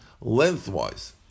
lengthwise